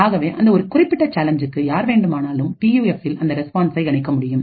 ஆகவே அந்த ஒரு குறிப்பிட்ட சேலஞ்சுக்கு யார் வேண்டுமானாலும் பியூஎஃப்பில் அந்த ரெஸ்பான்ஸை கணிக்க முடியும்